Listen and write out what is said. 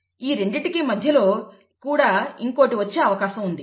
ఈ రెండింటికీ మధ్యలో కూడా ఇంకొకటి వచ్చే అవకాశం ఉంది